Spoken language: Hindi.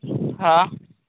हाँ